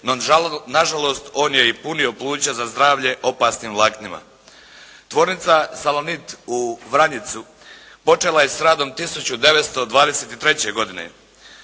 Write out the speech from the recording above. na žalost on je i punio pluća za zdravlje opasnim vlaknima. Tvornica “Salonit“ u Vranjicu počela je s radom 1923. godine.